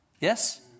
Yes